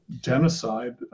genocide